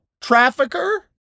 trafficker